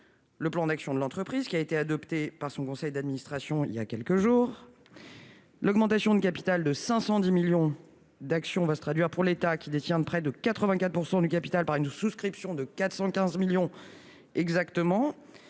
le plan d'action de l'entreprise qui a été adopté par son conseil d'administration, il y a quelques jours, l'augmentation de capital de 510 millions d'actions va se traduire pour l'État, qui détient près de 84 % du capital par une souscription de 415 millions exactement